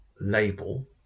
label